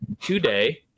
today